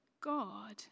God